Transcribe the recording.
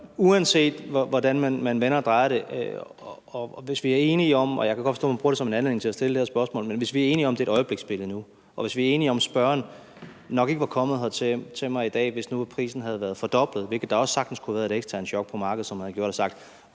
Uanset hvordan man vender og drejer det, og jeg kan godt forstå, at man bruger det som en anledning til at stille det her spørgsmål, så kan vi vel blive enige om, at det er et øjebliksbillede nu, og vi kan vel blive enige om, at spørgeren nok ikke var kommet til mig i dag, hvis nu prisen havde været fordoblet – hvilket der også sagtens kunne have været et eksternt chok på markedet som havde gjort – og